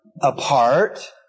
apart